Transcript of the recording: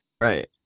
Right